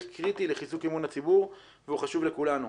קריטי לחיזוק אמון הציבור והוא חשוב לכולנו.